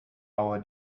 our